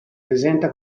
presenta